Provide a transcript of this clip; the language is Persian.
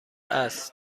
است